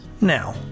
now